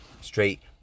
Straight